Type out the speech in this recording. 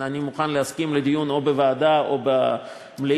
אני מוכן להסכים לדיון בוועדה או במליאה,